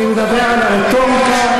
אני מדבר על הרטוריקה.